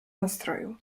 nastroju